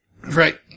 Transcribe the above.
Right